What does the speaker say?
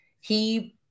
he-